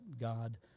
God